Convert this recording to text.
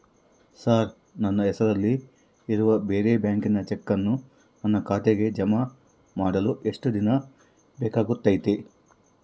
Sir ನನ್ನ ಹೆಸರಲ್ಲಿ ಇರುವ ಬೇರೆ ಬ್ಯಾಂಕಿನ ಚೆಕ್ಕನ್ನು ನನ್ನ ಖಾತೆಗೆ ಜಮಾ ಮಾಡಲು ಎಷ್ಟು ದಿನ ಬೇಕಾಗುತೈತಿ?